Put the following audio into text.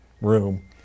room